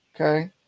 Okay